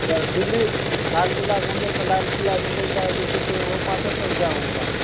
तऽ दिल्ली लालकिला घुमबै तऽ लालकिला घुमबै तऽ जे छै से ओ पाँचे सओ रुपैआमे घुमा देब